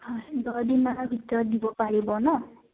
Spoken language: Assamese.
হয় দহদিনমান ভিতৰত দিব পাৰিব ন